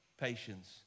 patience